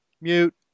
Mute